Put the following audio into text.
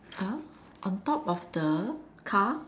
on top of the car